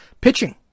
pitching